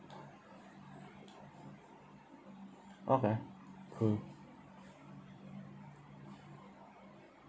okay cool